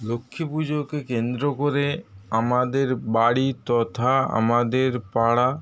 লক্ষ্মী পুজোকে কেন্দ্র করে আমাদের বাড়ি তথা আমাদের পাড়া